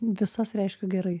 visas reiškiu gerai